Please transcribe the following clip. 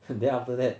then after that